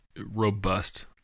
robust